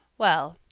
well,